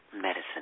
medicine